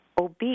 obese